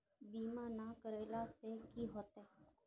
बीमा ना करेला से की होते?